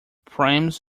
prams